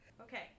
okay